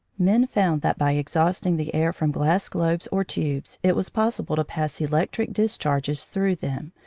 men found that by exhausting the air from glass globes or tubes it was possible to pass electric discharges through them,